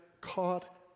caught